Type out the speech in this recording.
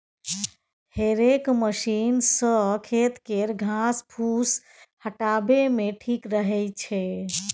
हेरेक मशीन सँ खेत केर घास फुस हटाबे मे ठीक रहै छै